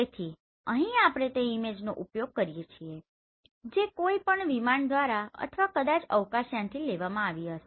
તેથી અહીં આપણે તે ઈમેજનો ઉપયોગ કરીએ છીએ જે કોઈપણ વિમાન દ્વારા અથવા કદાચ અવકાશયાનથી લેવામા આવી છે